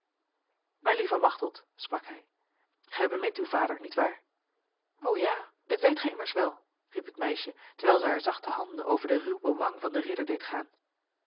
mijn lieve machteld sprak hij gij bemint uw vader nietwaar o ja dit weet gij immers wel riep het meisje terwijl zij haar zachte handen over de ruwe wang van de ridder deed gaan